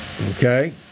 Okay